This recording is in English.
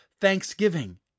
thanksgiving